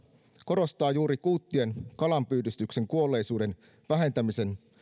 korostavat juuri kuuttien kalanpyydystykseen kuolleisuuden vähentämisen